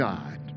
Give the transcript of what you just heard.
God